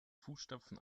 fußstapfen